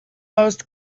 most